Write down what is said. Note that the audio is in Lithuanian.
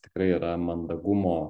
tikrai yra mandagumo